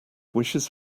wishes